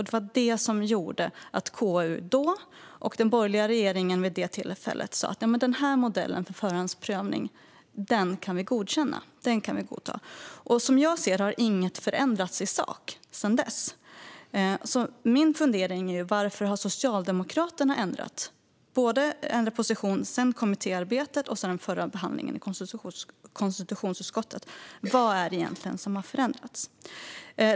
Det var detta som gjorde att KU och den borgerliga regeringen vid det tillfället sa att modellen för förhandsprövning kunde godkännas. Som jag ser det har inget förändrats i sak sedan dess. Min fundering är därför: Varför har Socialdemokraterna ändrat position sedan kommittéarbetet och den förra behandlingen i konstitutionsutskottet genomfördes? Vad har egentligen förändrats?